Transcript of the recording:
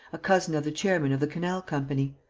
a cousin of the chairman of the canal company.